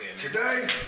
Today